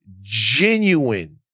genuine